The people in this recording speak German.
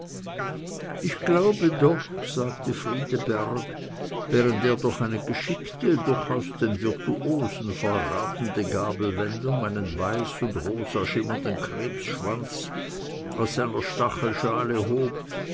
ich glaube doch sagte friedeberg während er durch eine geschickte durchaus den virtuosen verratende gabelwendung einen weiß und rosa schimmernden krebsschwanz aus seiner stachelschale hob